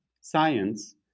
science